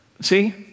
see